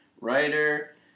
writer